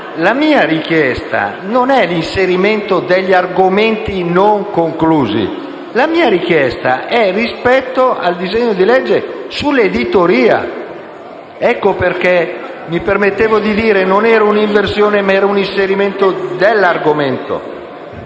La mia richiesta non è l'inserimento degli argomenti non conclusi. La mia richiesta concerne il disegno di legge sull'editoria. Per questo motivo mi permettevo di dire che non si tratta di un'inversione, ma di un inserimento di argomento.